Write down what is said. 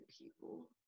people